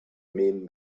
men